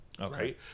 Okay